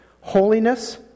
holiness